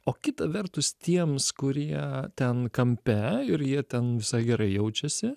o kita vertus tiems kurie ten kampe ir jie ten visai gerai jaučiasi